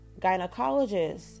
gynecologist